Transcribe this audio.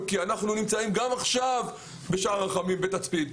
כי אנחנו נמצאים גם עכשיו בשער הרחמים בתצפית.